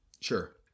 Sure